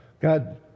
God